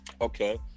Okay